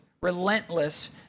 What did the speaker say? relentless